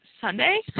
Sunday